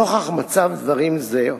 נוכח מצב דברים זה,